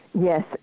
Yes